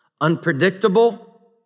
unpredictable